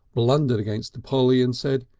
blundered against polly and said,